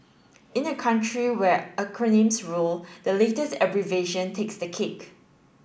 in a country where acronyms rule the latest abbreviation takes the cake